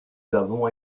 avons